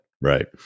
right